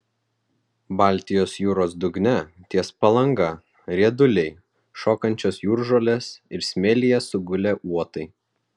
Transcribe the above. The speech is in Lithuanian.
baltijos jūros dugne ties palanga rieduliai šokančios jūržolės ir smėlyje sugulę uotai